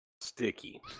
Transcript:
Sticky